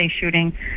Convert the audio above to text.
shooting